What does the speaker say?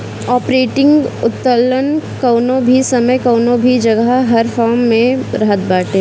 operating उत्तोलन कवनो भी समय कवनो भी जगह हर फर्म में रहत बाटे